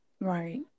Right